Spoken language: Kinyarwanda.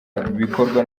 bikorwa